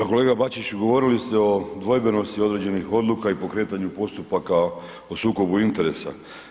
Pa kolega Bačić, govorili ste o dvojbenosti određenih odluka i pokretanju postupaka o sukobu interesa.